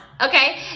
okay